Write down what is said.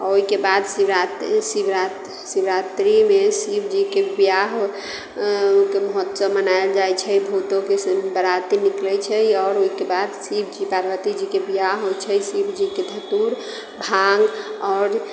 ओहिके बाद शिवरात्रि शिवरा शिवरात्रिमे शिवजीके ब्याह के महोत्सव मनायल जाइत छै भूतोंके बारात निकलैत छै आओर ओहिके बाद शिवजी पार्वतीजीके विवाह होइत छै शिवजीके धतूर भाङ्ग आओर